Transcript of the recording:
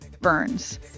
burns